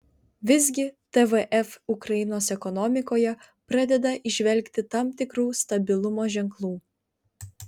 visgi tvf ukrainos ekonomikoje pradeda įžvelgti tam tikrų stabilumo ženklų